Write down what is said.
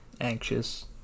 Anxious